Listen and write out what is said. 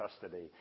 custody